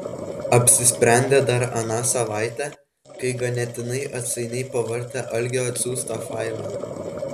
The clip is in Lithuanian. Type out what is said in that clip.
apsisprendė dar aną savaitę kai ganėtinai atsainiai pavartė algio atsiųstą failą